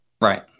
Right